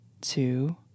two